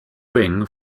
ring